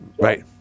right